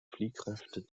fliehkräfte